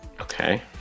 okay